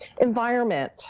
environment